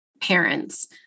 parents